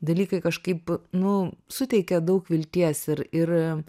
dalykai kažkaip nu suteikia daug vilties ir ir